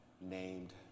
named